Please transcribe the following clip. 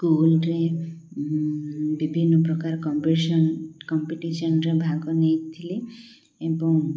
ସ୍କୁଲରେ ବିଭିନ୍ନ ପ୍ରକାର କମ୍ପିସନ କମ୍ପିଟିସନରେ ଭାଗ ନେଇଥିଲି ଏବଂ